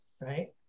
right